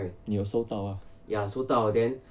你有收到啊